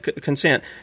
consent